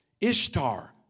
Ishtar